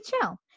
chill